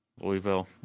Louisville